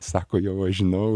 sako jau aš žinau